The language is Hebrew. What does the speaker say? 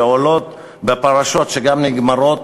שעולות בפרשות שגם נגמרות